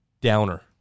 downer